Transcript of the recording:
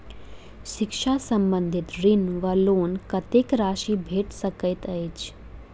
शिक्षा संबंधित ऋण वा लोन कत्तेक राशि भेट सकैत अछि?